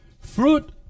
fruit